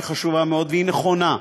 שהיא חשובה מאוד והיא נכונה.